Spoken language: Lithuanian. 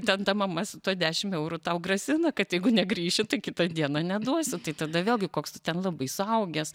ten ta mama su tuo dešim eurų tau grasina kad jeigu negrįši tai kitą dieną neduosiu tai tada vėlgi koks tu ten labai suaugęs